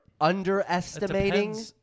underestimating